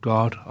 God